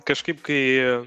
kažkaip kai